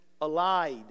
allied